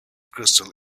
crystal